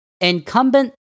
Incumbent